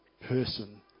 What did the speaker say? person